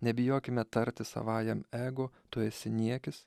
nebijokime tarti savajam ego tu esi niekis